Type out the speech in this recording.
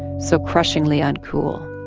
so crushingly uncool.